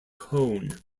cone